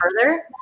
further